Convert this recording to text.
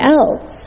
else